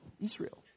Israel